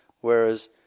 whereas